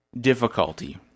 difficulty